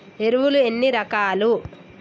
ఎరువులు ఎన్ని రకాలు?